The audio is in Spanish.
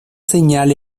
señal